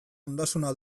ondasuna